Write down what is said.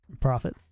Profit